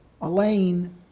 Elaine